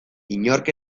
inork